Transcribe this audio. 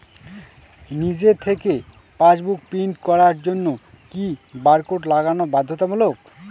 নিজে থেকে passbook print করার জন্য কি বারকোড লাগানো বাধ্যতামূলক?